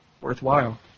worthwhile